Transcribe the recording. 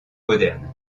moderne